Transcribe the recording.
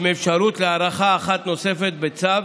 עם אפשרות להארכה אחת נוספת בצו,